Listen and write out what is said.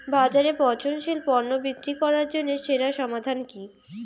বাজারে পচনশীল পণ্য বিক্রি করার জন্য সেরা সমাধান কি?